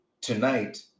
tonight